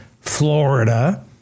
Florida